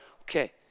Okay